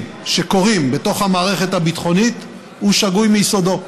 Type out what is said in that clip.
שקורים בתוך המערכת הביטחונית הוא שגוי מיסודו.